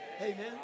Amen